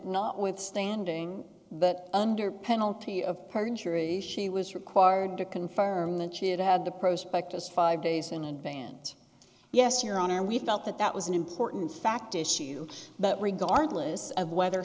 notwithstanding but under penalty of perjury she was required to confirm that she had had the prospect as five days in advance yes your honor we felt that that was an important fact issue but regardless of whether